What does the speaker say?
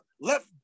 left